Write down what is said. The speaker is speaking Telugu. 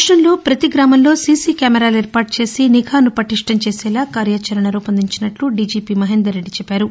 రాష్టంలో పతి గ్రామంలో సీసీ కెమెరాలు ఏర్పాటు చేసి నిఘాను పటిష్షం చేసేలా కార్యాచరణ రూపొందించినట్లు దిజిపి మహేందర్రెడ్డి తెలిపారు